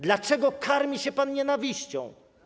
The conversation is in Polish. Dlaczego karmi się pan nienawiścią?